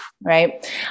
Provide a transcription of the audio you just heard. Right